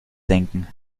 denken